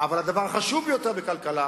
אבל הדבר החשוב ביותר בכלכלה